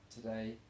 today